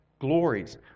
glories